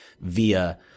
via